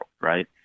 right